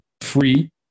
free